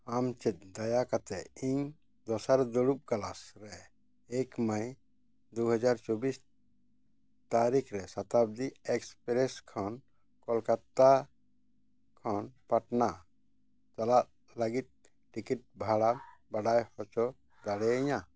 ᱟᱢ ᱪᱮᱫ ᱫᱟᱭᱟ ᱠᱟᱛᱮᱫ ᱤᱧ ᱫᱚᱥᱟᱨ ᱫᱩᱲᱩᱵ ᱠᱞᱟᱥ ᱨᱮ ᱮᱠ ᱢᱮ ᱫᱩ ᱦᱟᱡᱟᱨ ᱪᱚᱵᱽᱵᱤᱥ ᱛᱟᱹᱨᱤᱠᱷ ᱨᱮ ᱥᱚᱛᱟᱵᱫᱤ ᱮᱹᱠᱥᱯᱨᱮᱹᱥ ᱠᱷᱚᱱ ᱠᱳᱞᱠᱟᱛᱟ ᱠᱷᱚᱱ ᱯᱟᱴᱱᱟ ᱪᱟᱞᱟᱜ ᱞᱟᱹᱜᱤᱫ ᱴᱤᱠᱤᱴ ᱵᱷᱟᱲᱟ ᱵᱟᱰᱟᱭ ᱦᱚᱪᱚ ᱫᱟᱲᱮᱭᱤᱧᱟ